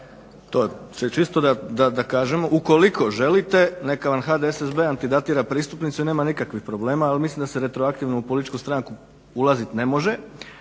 to čisto da kažemo. Ukoliko želite neka vam HDSSB-a antidatira pristupnicu i nema nikakvih problema, ali mislim da se retroaktivno u političku stranku ulaziti ne može.